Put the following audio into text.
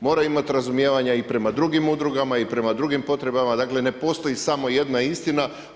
Moraju imati razumijevanja i prema drugim udrugama i prema drugim potrebama, dakle ne postoji samo jedna istina.